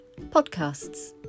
podcasts